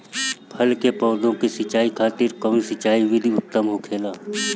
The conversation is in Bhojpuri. फल के पौधो के सिंचाई खातिर कउन सिंचाई विधि उत्तम होखेला?